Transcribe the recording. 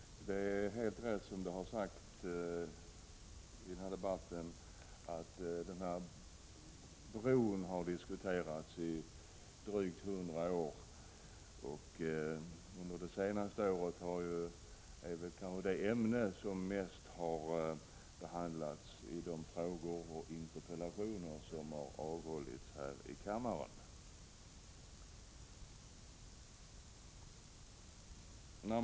Fru talman! Det är helt riktigt det som man har sagt i den här debatten, att bron har diskuterats i drygt hundra år. Under det senaste året har väl inget annat ämne behandlats så många gånger i frågeoch interpellationsdebatterna här i kammaren som just brofrågan.